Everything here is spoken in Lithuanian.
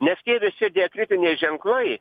nes tie visi diakritiniai ženklai